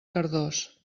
cardós